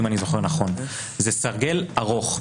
זה סרגל ארוך.